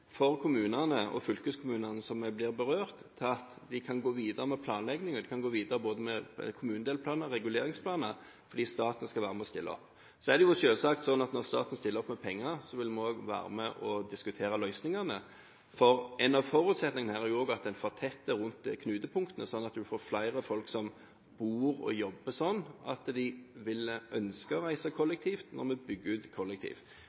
for kommunene og fylkeskommunene som blir berørt, slik at de kan gå videre med planlegging. De kan gå videre med både kommunedelplaner og reguleringsplaner fordi staten skal være med og stille opp. Det er selvsagt sånn at når staten stiller opp med penger, vil vi også være med på å diskutere løsningene, for en av forutsetningene her er jo òg at en fortetter rundt knutepunktene sånn at en får flere som bor og jobber sånn at de vil ønske å reise kollektivt når vi bygger ut